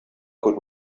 could